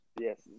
Yes